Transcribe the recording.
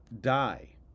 die